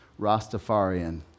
Rastafarian